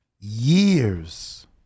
Years